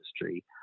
industry